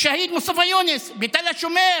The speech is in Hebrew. השהיד מוסטפא יונס בתל השומר,